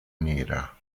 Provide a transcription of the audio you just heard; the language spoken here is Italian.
nera